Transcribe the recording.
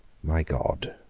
my god,